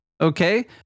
Okay